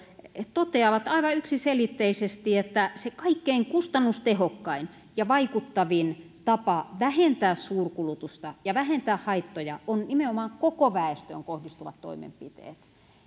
toteavat aivan yksiselitteisesti että se kaikkein kustannustehokkain ja vaikuttavin tapa vähentää suurkulutusta ja vähentää haittoja on nimenomaan koko väestöön kohdistuvat toimenpiteet